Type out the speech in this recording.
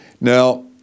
Now